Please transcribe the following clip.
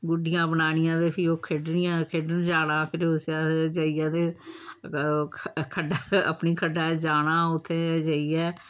गुड्डियां बनानियां ते फ्ही ओह् खेढनियां खेढन जाना फिर उस असें जाइयै ते ओह् खड्डा अपनी खड्डा जाना फिर उत्थै जाइयै